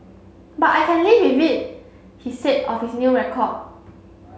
but I can live with it he said of his new record